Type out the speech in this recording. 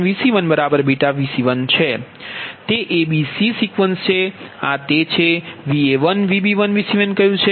તે a b c sequence માટે છે આ તે છે જેને આપણે Va1 Vb1 Vc1 કહ્યુ છે